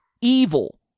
evil